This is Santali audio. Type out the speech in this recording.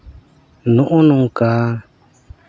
ᱱᱚᱜᱼᱚᱸᱭ ᱱᱚᱝᱠᱟ